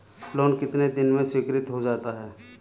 Loan कितने दिन में स्वीकृत हो जाता है?